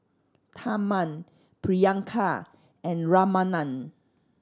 Tharman Priyanka and Ramanand